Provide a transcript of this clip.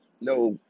no